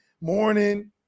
morning